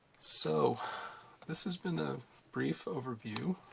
so this has been a brief overview